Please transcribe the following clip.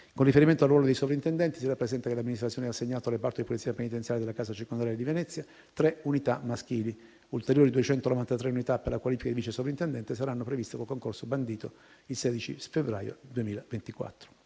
Con riferimento al ruolo dei sovrintendenti, si rappresenta che l'amministrazione ha assegnato al reparto di Polizia penitenziaria della casa circondariale di Venezia tre unità maschili. Ulteriori 293 unità per la qualifica di vice sovrintendente saranno previste con il concorso interno bandito il 16 febbraio 2024.